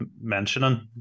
mentioning